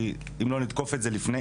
כי הם נתקוף את זה לפני,